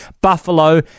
Buffalo